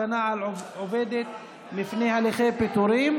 הגנה על עובדת מפני הליכי פיטורים),